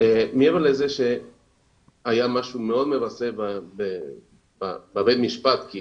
מעבר לזה שהיה משהו מאוד מבזה בבית המשפט, כי